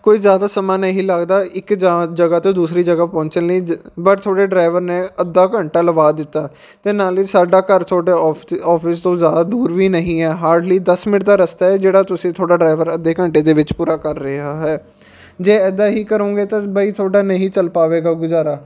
ਕੋਈ ਜ਼ਿਆਦਾ ਸਮਾਂ ਨਹੀਂ ਲੱਗਦਾ ਇੱਕ ਜਾਂ ਜਗ੍ਹਾ ਤੋਂ ਦੂਸਰੀ ਜਗ੍ਹਾ ਪਹੁੰਚਣ ਲਈ ਜ ਬਟ ਤੁਹਾਡੇ ਡਰਾਈਵਰ ਨੇ ਅੱਧਾ ਘੰਟਾ ਲਗਵਾ ਦਿੱਤਾ ਅਤੇ ਨਾਲ ਹੀ ਸਾਡਾ ਘਰ ਤੁਹਾਡੇ ਔਫ ਔਫਿਸ ਤੋਂ ਜ਼ਿਆਦਾ ਦੂਰ ਵੀ ਨਹੀਂ ਹੈ ਹਾਰਡਲੀ ਦਸ ਮਿੰਟ ਦਾ ਰਸਤਾ ਹੈ ਜਿਹੜਾ ਤੁਸੀਂ ਤੁਹਾਡਾ ਡਰਾਈਵਰ ਅੱਧੇ ਘੰਟੇ ਦੇ ਵਿੱਚ ਪੂਰਾ ਕਰ ਰਿਹਾ ਹੈ ਜੇ ਇੱਦਾਂ ਹੀ ਕਰੋਂਗੇ ਤਾਂ ਬਾਈ ਤੁਹਾਡਾ ਨਹੀਂ ਚੱਲ ਪਾਵੇਗਾ ਗੁਜ਼ਾਰਾ